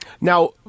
Now